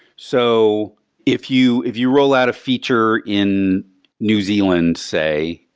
so if you if you roll out a feature in new zealand say,